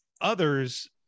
others